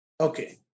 Okay